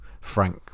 Frank